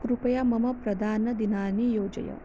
कृपया मम प्रदानदिनानि योजय